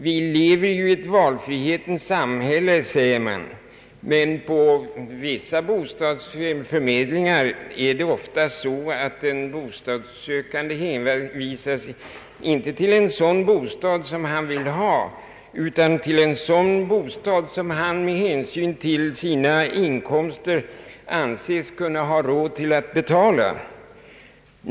Vi lever i ett valfrihetens samhälle, säger man. Men på vissa bostadsförmedlingar är det ibland så att den bostadssökande hänvisas inte till en sådan bostad som han vill ha, utan till en sådan bostad som han med sina inkomster anses kunna ha råd att betala.